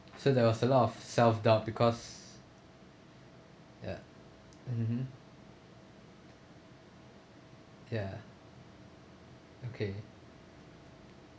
so there was a lot of self-doubt because ya mmhmm ya okay